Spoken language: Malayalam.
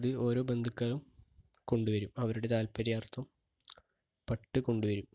അത് ഓരോ ബന്ധുക്കാരും കൊണ്ടുവരും അവരുടെ താല്പര്യാർത്ഥം പട്ട് കൊണ്ടുവരും